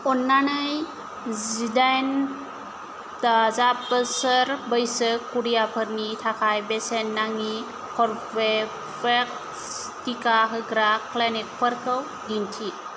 अन्नानै जिदाइन दाजाब बोसोर बैसो खुदियाफोरनि थाखाय बेसेन नाङि कर्वेभेक्स टिका होग्रा क्लिनिकफोरखौ दिन्थि